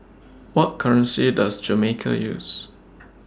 What currency Does Jamaica use